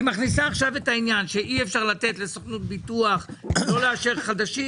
היא מכניסה עכשיו את העניין שאי אפשר לתת לסוכנות ביטוח לא לאשר חדשים,